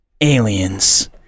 aliens